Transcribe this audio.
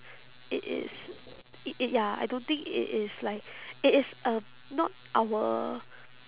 it is it it ya I don't think it is like it is um not our